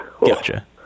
Gotcha